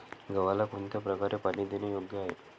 गव्हाला कोणत्या प्रकारे पाणी देणे योग्य आहे?